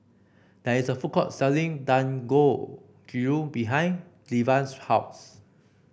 there is a food court selling Dangojiru behind Devan's house